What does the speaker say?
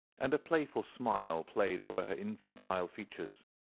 and a playful smile played over her infantile features.